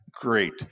Great